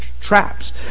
traps